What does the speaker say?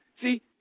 See